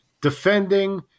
defending